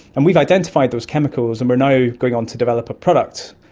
and we've identified those chemicals and we're now going on to develop a product,